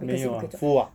没有啊 full ah